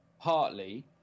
partly